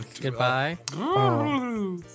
Goodbye